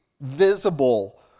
visible